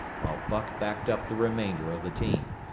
while buck backed up the remainder of the team.